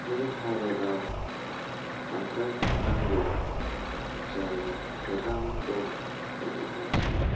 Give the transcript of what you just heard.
बे भारताव थांथार नांगौ जायगाया गोबां दं बायदि आं सानो